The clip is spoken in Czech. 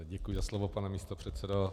Děkuji za slovo, pane místopředsedo.